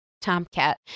tomcat